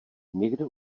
někde